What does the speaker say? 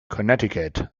connecticut